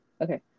Okay